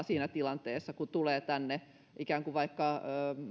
siinä tilanteessa kun tulee tänne ikään kuin vaikka